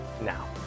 Now